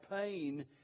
pain